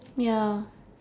ya